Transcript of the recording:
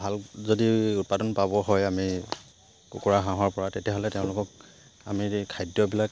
ভাল যদি উৎপাদন পাব হয় আমি কুকুৰা হাঁহৰ পৰা তেতিয়াহ'লে তেওঁলোকক আমি খাদ্যবিলাক